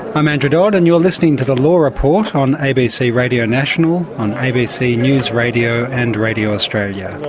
i'm andrew dodd and you're listening to the law report on abc radio national, on abc news radio and radio australia,